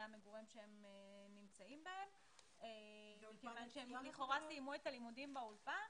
המגורים שהם נמצאים בהם כי לכאורה הם סיימו את הלימודים באולפן